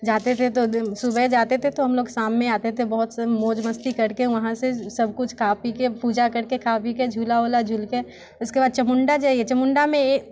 जाते थे तो दिन सुबह जाते थे तो हम लोग शाम में आते थे बहुत से मौज मस्ती करके वहाँ से सब कुछ खा पी के पूजा करके खा पी के झूला वूला झूला के उसके बाद चमुंडा जाइए चमुंडा में